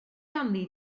ganddi